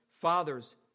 fathers